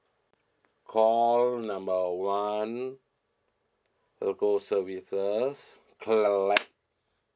call number one telco services clap